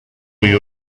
you